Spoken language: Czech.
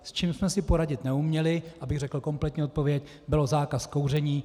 S čím jsme si poradit neuměli abych řekl kompletní odpověď byl zákaz kouření.